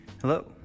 Hello